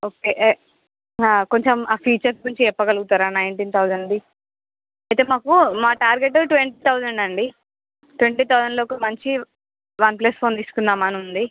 okay కొంచెం ఆ features కొంచెం చెప్పగలుగుతారా నైంటీన్ థౌజండ్ది అయితే మాకు మా టార్గెట్ ట్వంటీ థౌజండ్ అండి ట్వంటీ థౌజండ్లో ఒక మంచి వన్ ప్లస్ ఫోన్ తీసుకుందాం అనుంది